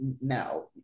no